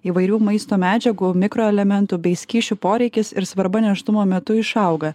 įvairių maisto medžiagų mikroelementų bei skysčių poreikis ir svarba nėštumo metu išauga